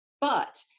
But-